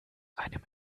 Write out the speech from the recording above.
einem